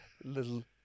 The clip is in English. little